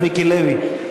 חבר הכנסת מיקי לוי,